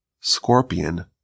scorpion